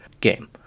game